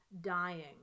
dying